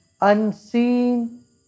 unseen